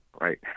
right